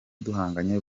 duhanganye